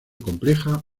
compleja